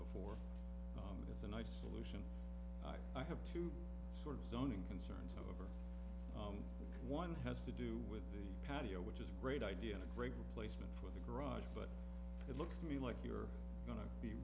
before but it's a nice solution i have to sort of zoning concerns one has to do with the patio which is a great idea and a great placement for the garage but it looks to me like you're going to be